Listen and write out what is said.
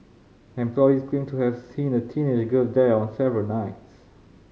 employees claimed to have seen a teenage girl there on several nights